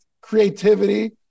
creativity